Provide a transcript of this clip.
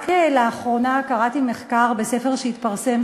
רק לאחרונה קראתי מחקר בספר שהתפרסם,